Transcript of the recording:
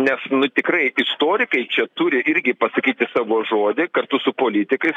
nes nu tikrai istorikai čia turi irgi pasakyti savo žodį kartu su politikais